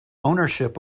ownership